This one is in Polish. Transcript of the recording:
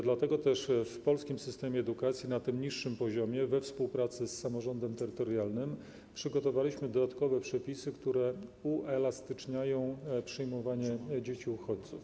Dlatego też w polskim systemie edukacji na tym niższym poziomie we współpracy z samorządem terytorialnym przygotowaliśmy dodatkowe przepisy, które uelastyczniają przyjmowanie dzieci uchodźców.